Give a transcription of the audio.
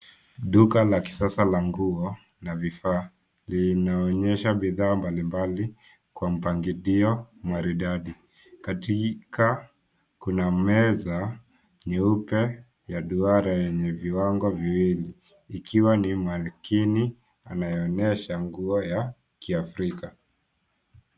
Duka la kisasa la nguo na vifaa, linaonyesha bidhaa mbalimbali kwa mpagilio maridadi. Katikati kuna meza nyeupe ya duara eney viwango viwili ikiwa ni mankini anayeonyesha nguo ya kiafrika.